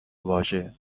واژه